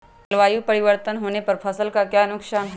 जलवायु परिवर्तन होने पर फसल का क्या नुकसान है?